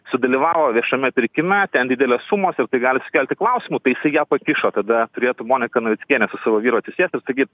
sudalyvavo viešame pirkime ten didelės sumos gali sukelti klausimų tai jisai ją pakišo tada turėtų monika navickienė su savo vyru atsisėst ir sakyt